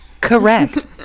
Correct